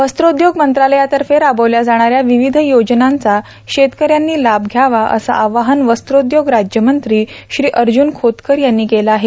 वस्त्रोद्योग मंत्रालयातर्फे राबवल्या जाणाऱ्या विविध योजनांचा शेतकऱ्यांनी लाभ घ्यावा असं आवाहन वस्त्रोद्योग राज्यमंत्री श्री अर्जुन खोतकर यांनी केलं आहे